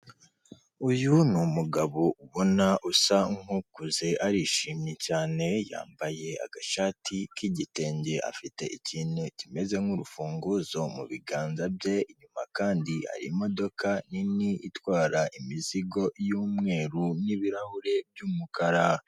Uyu ni umugabo ubona usa nkukuze arishimye cyane yambaye agashati k'igitenge afite ikintu kimeze nk'urufunguzo mu biganza bye inyuma kandi hari imodoka nini itwara imizigo y'umweru n'ibirahure by'umukara.